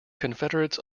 confederates